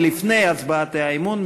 ולפני הצבעת האי-אמון,